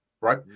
right